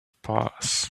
pass